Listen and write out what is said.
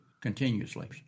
continuously